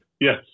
Yes